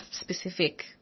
specific